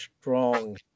strong